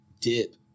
dip